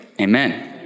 Amen